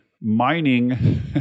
mining